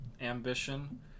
ambition